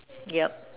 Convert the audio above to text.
yup